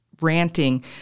ranting